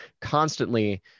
constantly